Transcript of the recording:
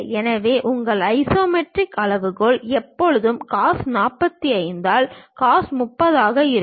எனவே உங்கள் ஐசோமெட்ரிக் அளவுகோல் எப்போதுமே cos 45 ஆல் cos 30 ஆக இருக்கும்